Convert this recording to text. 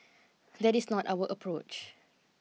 that is not our approach